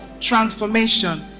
transformation